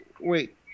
Wait